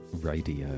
Radio